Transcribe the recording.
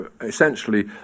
essentially